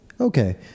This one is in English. Okay